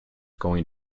going